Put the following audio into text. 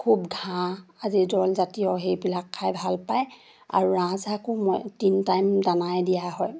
খুব ঘাঁহ আদি দলজাতীয় সেইবিলাক খাই ভাল পায় আৰু ৰাজহাঁহকো মই তিনি টাইম দানাই দিয়া হয়